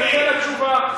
לקואליציה ולאופוזיציה.